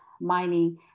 mining